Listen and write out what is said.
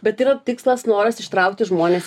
bet yra tikslas noras ištraukti žmones